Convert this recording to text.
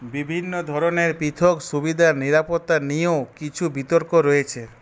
বিভিন্ন ধরনের পৃথক সুবিধার নিরাপত্তা নিয়েও কিছু বিতর্ক রয়েছে